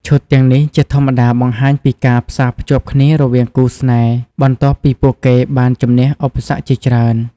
ឈុតទាំងនេះជាធម្មតាបង្ហាញពីការផ្សារភ្ជាប់គ្នារវាងគូស្នេហ៍បន្ទាប់ពីពួកគេបានជម្នះឧបសគ្គជាច្រើន។